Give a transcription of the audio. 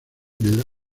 del